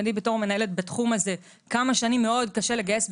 בתור מנהלת בתחום הזה כמה שנים קשה מאוד לגייס,